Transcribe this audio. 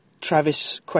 Travis